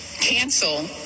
cancel